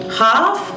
half